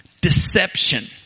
Deception